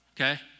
Okay